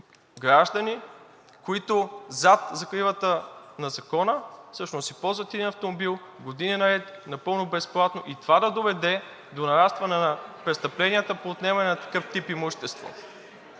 граждани, които зад закрилата на закона, всъщност си ползват един автомобил години наред, напълно безплатно и това да доведе до нарастване на престъпленията по отнемане на такъв тип имущество?